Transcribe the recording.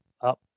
up